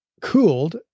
Cooled